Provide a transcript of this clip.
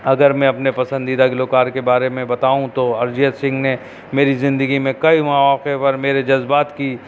اگر میں اپنے پسندیدہ گلوکار کے بارے میں بتاؤں تو ارجیت سنگھ نے میری زندگی میں کئی مواقع پر میرے جذبات کی